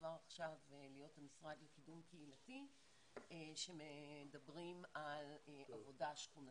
עבר עכשיו להיות המשרד לקידום קהילתי שמדברים על עבודה שכונתית.